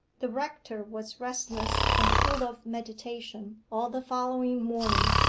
the rector was restless and full of meditation all the following morning.